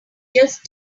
just